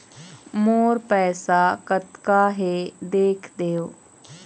मोर पैसा कतका हे देख देव?